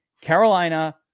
Carolina